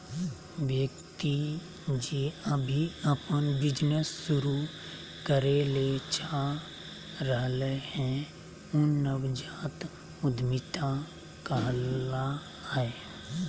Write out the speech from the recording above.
व्यक्ति जे अभी अपन बिजनेस शुरू करे ले चाह रहलय हें उ नवजात उद्यमिता कहला हय